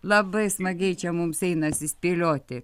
labai smagiai čia mums einasi spėlioti